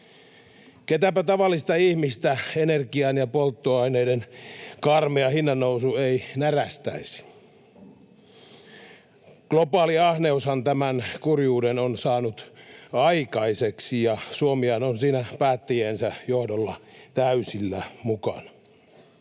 Ketäpä tavallisista ihmistä energian ja polttoaineiden karmea hinnannousu ei närästäisi. Globaali ahneushan tämän kurjuuden on saanut aikaiseksi, ja Suomihan on siinä päättäjiensä johdolla täysillä mukana.